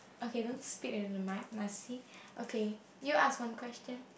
okay don't spit into the mic must see okay you ask one question